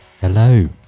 Hello